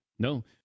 No